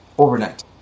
overnight